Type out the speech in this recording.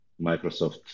Microsoft